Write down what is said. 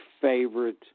favorite